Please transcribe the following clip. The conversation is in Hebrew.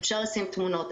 אפשר לשים תמונות,